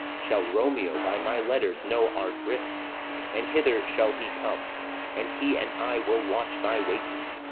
shall romeo by my letters know our drift and hither shall he come and he and i will watch thy waking,